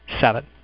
seven